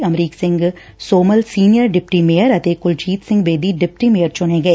Amrik Singh Somal senior deputy mayor ਅਤੇ Kuljit Singh Bedi deputy mayor ਚੁਣੇ ਗਏ